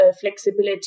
flexibility